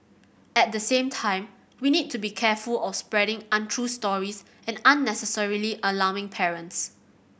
at the same time we need to be careful of spreading untrue stories and unnecessarily alarming parents